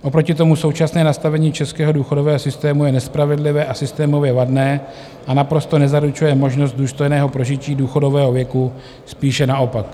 Oproti tomu současné nastavení českého důchodového systému je nespravedlivé, systémově vadné a naprosto nezaručuje možnost důstojného prožití důchodového věku, spíše naopak.